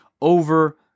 over